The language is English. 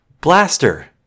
Blaster